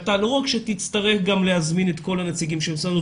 שלא רק שתצטרך להזמין את כל הנציגים של משרד בחינוך,